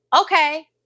Okay